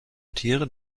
tieren